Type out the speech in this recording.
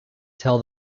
tell